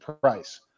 price